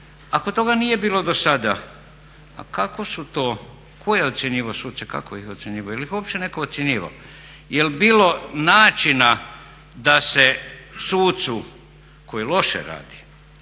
ako toga nije bilo dosada a kako su to, ko je ocjenjivao suce, kako ih je ocjenjivao, jel ih opće netko ocjenjivao, jel bilo načina da se sucu koji loše radi,